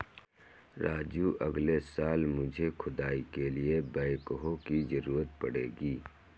राजू अगले साल मुझे खुदाई के लिए बैकहो की जरूरत पड़ेगी